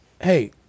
hey